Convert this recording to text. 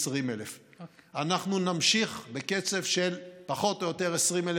20,000. אנחנו נמשיך בקצב של פחות או יותר 20,000